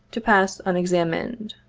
to pass unexam ined.